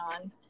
on